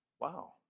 wow